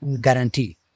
guarantee